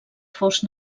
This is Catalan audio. fos